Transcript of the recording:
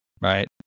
Right